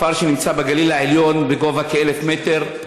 הכפר שנמצא בגליל העליון בגובה כ-1,000 מטר,